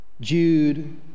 Jude